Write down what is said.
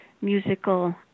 musical